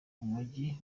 mujyi